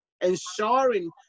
ensuring